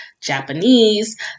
Japanese